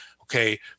okay